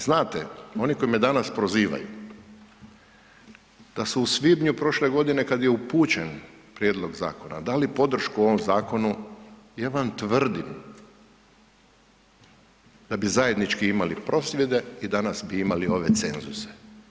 I znate, oni koji me danas prozivaju da su u svibnju prošle godine kad je upućen prijedlog zakona, dali podršku ovom zakonu, ja vam tvrdim da bi zajednički imali prosvjede i danas bi imali ove cenzuse.